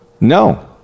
No